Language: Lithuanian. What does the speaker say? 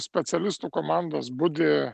specialistų komandos budi